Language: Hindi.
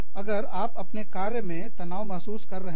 अगर आप अपने कार्य में तनाव महसूस कर रहे हैं